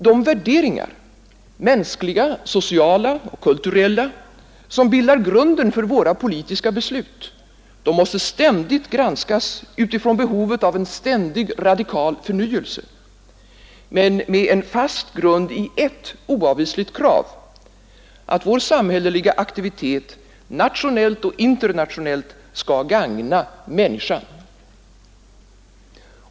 De värderingar — mänskliga, sociala, kulturella — som bildar grunden för våra politiska beslut måste ständigt granskas utifrån behovet av ständig radikal förnyelse men med en fast grund i ett oavvisligt krav: att vår samhälleliga aktivitet, nationellt och internationellt, skall gagna människan.